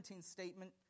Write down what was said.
statement